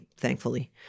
thankfully